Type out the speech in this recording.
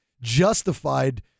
justified